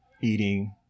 eating